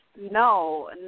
No